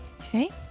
Okay